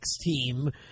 team